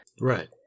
Right